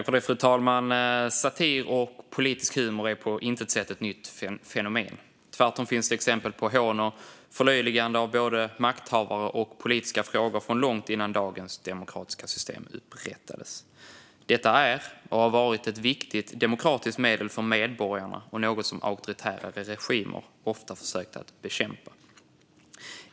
Fru talman! Satir och politisk humor är på intet sätt ett nytt fenomen. Tvärtom finns det exempel på hån och förlöjligande av både makthavare och politiska frågor från långt innan dagens demokratiska system upprättades. Detta är och har varit ett viktigt demokratiskt medel för medborgarna och något som auktoritära regimer ofta har försökt att bekämpa.